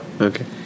Okay